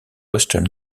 western